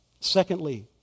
Secondly